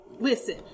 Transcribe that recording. Listen